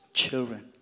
children